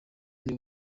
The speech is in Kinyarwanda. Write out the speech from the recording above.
nibo